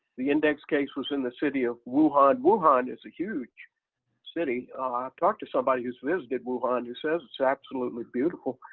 the index case was in the city of wuhan. wuhan is a huge city talk to somebody who's visited wuhan, who says it's absolutely beautiful.